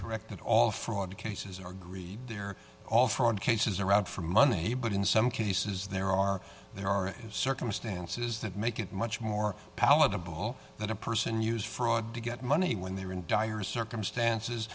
correct that all fraud cases are greed they're all fraud cases are out for money but in some cases there are there are circumstances that make it much more palatable that a person use fraud to get money when they're in dire circumstance